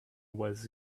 was